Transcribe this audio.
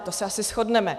To se asi shodneme.